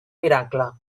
miracle